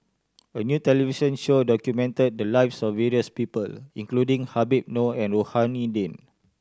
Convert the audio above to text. a new television show documented the lives of various people including Habib Noh and Rohani Din